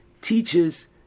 teaches